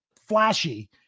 flashy